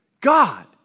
God